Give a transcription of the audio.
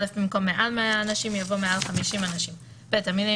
(א)במקום "מעל 100 אנשים" יבוא "מעל 50 אנשים"; (ב) המילים